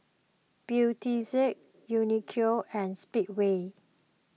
Beautex Uniqlo and Speedway